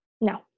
no